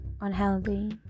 unhealthy